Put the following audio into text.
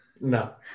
no